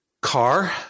car